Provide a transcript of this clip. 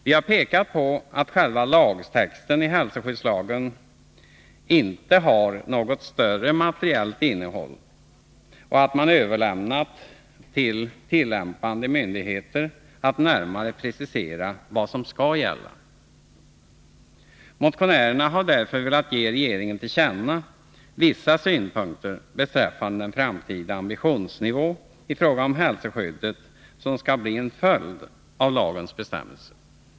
Vi har pekat på att själva lagtexten i hälsoskyddslagen inte har något större materiellt innehåll, och man har överlämnat till tillämpande myndigheter att närmare precisera vad som skall gälla. Motionärerna har därför velat ge regeringen till känna vissa synpunkter beträffande den framtida ambitionsnivå i fråga om hälsoskyddet som skall bli en följd av lagens bestämmelser.